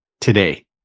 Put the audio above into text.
today